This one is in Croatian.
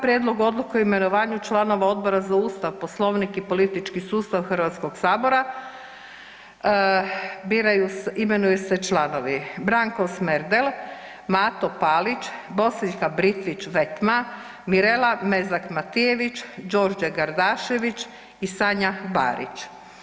Prijedlog odluke o imenovanju članova Odbora za Ustav, Poslovnik i politički sustav Hrvatskog sabora imenuju se članovi Branko Smerdel, Mato Palić, Bosiljka Britvić Vetma, Mirela Mezak Matijević, Đorđe Gardašević i Sanja Barić.